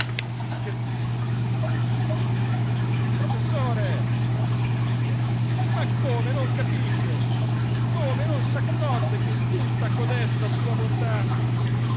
e si schermisce professore grida ma come non capisce come non s'accorge che tutta codesta sua bontà